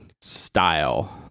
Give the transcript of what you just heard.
style